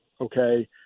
Okay